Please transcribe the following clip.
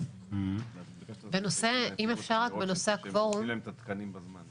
אם אפשר רק בנושא הקוורום אני